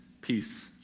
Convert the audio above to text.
peace